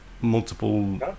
multiple